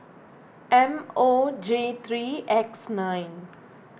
M O J three X nine